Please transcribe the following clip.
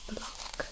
Block